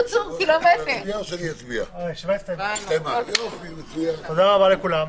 תודה רבה לכולם.